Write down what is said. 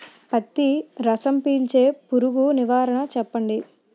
పత్తి రసం పీల్చే పురుగు నివారణ చెప్పండి?